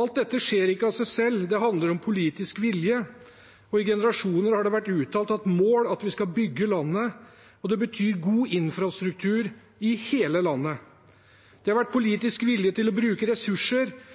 Alt dette skjer ikke av seg selv. Det handler om politisk vilje, og i generasjoner har det vært et uttalt mål at vi skal bygge landet. Det betyr god infrastruktur i hele landet. Det har vært politisk vilje til å bruke ressurser